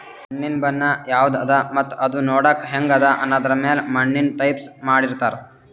ಮಣ್ಣಿನ್ ಬಣ್ಣ ಯವದ್ ಅದಾ ಮತ್ತ್ ಅದೂ ನೋಡಕ್ಕ್ ಹೆಂಗ್ ಅದಾ ಅನ್ನದರ್ ಮ್ಯಾಲ್ ಮಣ್ಣಿನ್ ಟೈಪ್ಸ್ ಮಾಡಿರ್ತಾರ್